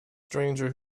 stranger